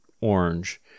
orange